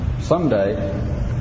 someday